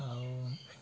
ଆଉ